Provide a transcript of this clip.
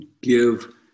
give